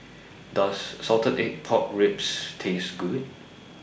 Does Salted Egg Pork Ribs Taste Good